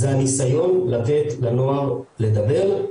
זה הניסיון לתת לנוער לדבר,